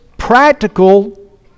practical